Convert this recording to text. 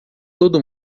todo